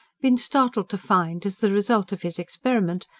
been startled to find, as the result of his experiment,